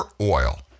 oil